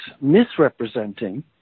misrepresenting